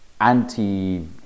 anti